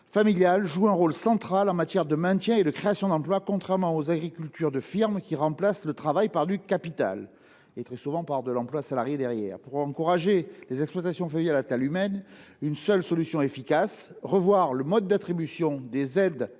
familiales jouent un rôle central pour ce qui est de maintenir et de créer des emplois, contrairement aux agricultures de firme qui remplacent le travail par du capital, et très souvent,, par de l’emploi salarié. Pour encourager les exploitations familiales à taille humaine, une seule solution efficace : revoir le mode d’attribution des aides